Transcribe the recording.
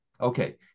Okay